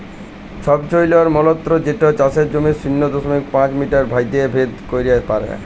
ছবছৈলর যলত্র যেট চাষের জমির শূন্য দশমিক পাঁচ মিটার থ্যাইকে ভেদ ক্যইরতে পারে